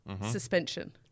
suspension